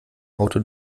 auto